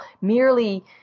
merely